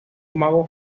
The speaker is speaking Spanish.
mago